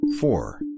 Four